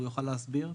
הוא יוכל להסביר.